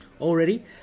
Already